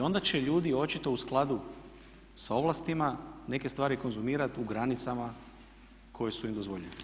I onda će ljudi, očito u skladu sa ovlastima neke stvari konzumirati u granicama koje su im dozvoljene.